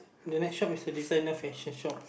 the next shop is the designer fashion shop